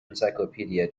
encyclopedia